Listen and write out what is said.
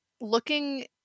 looking